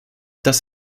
das